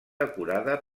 decorada